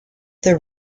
this